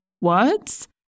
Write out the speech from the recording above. words